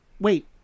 Wait